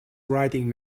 writing